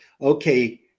Okay